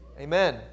Amen